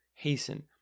hasten